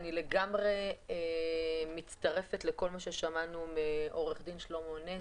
אני לגמרי מצטרפת לכל מה ששמענו מעו"ד שלמה נס,